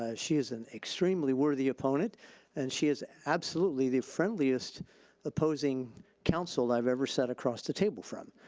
ah she is an extremely worthy opponent and she is absolutely the friendliest opposing counsel i have ever sat across the table from.